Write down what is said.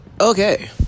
Okay